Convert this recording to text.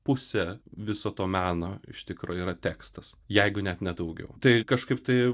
pusė viso to meno iš tikro yra tekstas jeigu net ne daugiau tai kažkaip tai